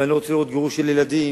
ושאני לא רוצה גירוש של ילדים,